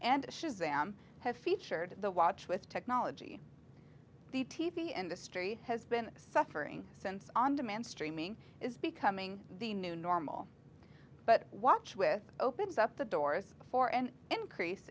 and shows them have featured the watch with technology the t v industry has been suffering since on demand streaming is becoming the new normal but watch with opens up the doors for an increase